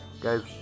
Guys